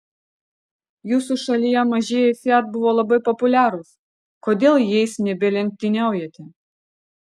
jūsų šalyje mažieji fiat buvo labai populiarūs kodėl jais nebelenktyniaujate